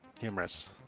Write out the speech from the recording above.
humorous